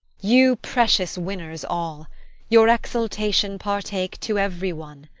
you precious winners all your exultation partake to every one.